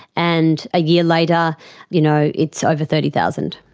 and a year later you know it's over thirty thousand.